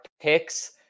picks